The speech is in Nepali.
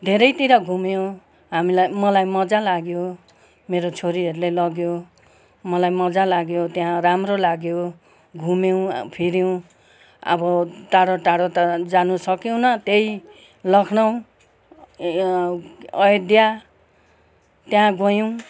धेरैतिर घुम्यो हामीलाई मलाई मज्जा लाग्यो मेरो छोरीहरूले लग्यो मलाई मज्जा लाग्यो त्यहाँ राम्रो लाग्यो घुम्यौँ फिऱ्यौँ अब टाडो टाडो त जानु सक्यौँन त्यही लखनउ अयोध्या त्यहाँ गयौँ